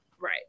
Right